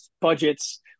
budgets